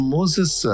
Moses